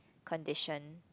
condition